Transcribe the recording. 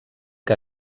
que